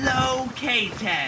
located